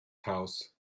house